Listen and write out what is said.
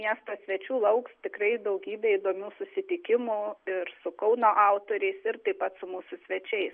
miesto svečių lauks tikrai daugybė įdomių susitikimų ir su kauno autoriais ir taip pat su mūsų svečiais